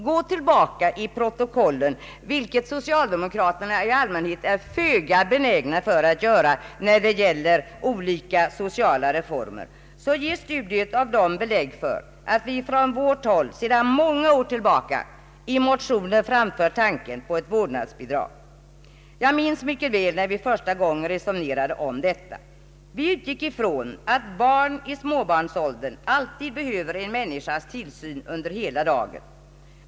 Går man tillbaka i protokollen, vilket socialdemokraterna i allmänhet är föga benägna att göra när det gäller sociala reformer, ger studiet av dem belägg för att vi från vårt håll sedan många år tillbaka i motioner har framfört tanken på ett vårdnadsbidrag. Jag minns mycket väl när vi första gången resonerade om detta. Vi utgick ifrån att barn i småbarnsåldern alltid behöver en människas tillsyn under hela dagen.